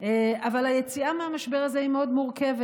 אבל היציאה מהמשבר הזה היא מאוד מורכבת,